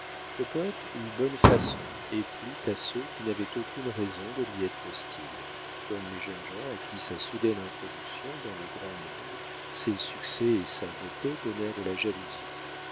le poète eut bonne façon et plut à ceux qui n'avaient aucune raison de lui être hostiles comme les jeunes gens à qui sa soudaine introduction dans le grand monde ses succès et sa beauté donnèrent de la jalousie